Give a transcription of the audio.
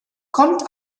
kommt